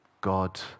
God